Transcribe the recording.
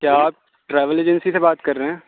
کیا آپ travel agency سے بات کر رہے ہیں